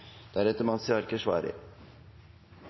deretter